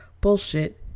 bullshit